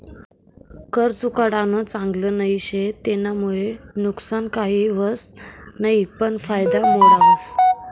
कर चुकाडानं चांगल नई शे, तेनामुये नुकसान काही व्हस नयी पन कायदा मोडावस